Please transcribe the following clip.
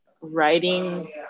writing